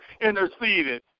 interceded